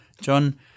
John